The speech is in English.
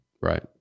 right